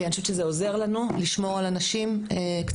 אני חושבת שזה עוזר לנו לשמור על אנשים קצת